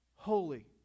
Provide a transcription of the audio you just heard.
Holy